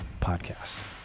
podcast